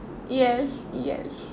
yes yes